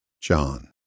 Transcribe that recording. John